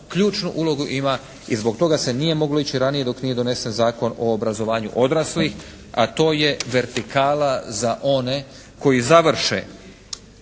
ključnu ulogu ima i zbog toga se nije moglo ići ranije dok nije donesen Zakon o obrazovanju odraslih, a to je vertikala za one koji završe